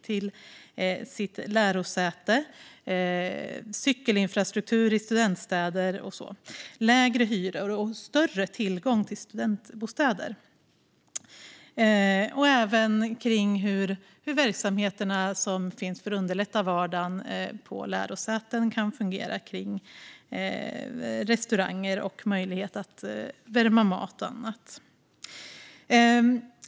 Det kan handla om cykelinfrastruktur i studentstäder, om lägre hyror och om större tillgång till studentbostäder. Det kan även handla om hur verksamheterna för att underlätta vardagen på lärosäten fungerar när det gäller restauranger, möjligheten att värma mat och annat.